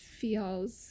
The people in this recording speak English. feels